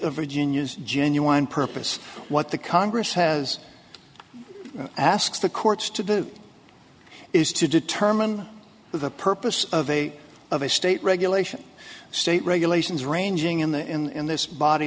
of virginia is genuine purpose what the congress has asked the courts to do is to determine the purpose of a of a state regulation state regulations ranging in the in this body